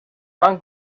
van